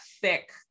thick